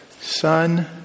Son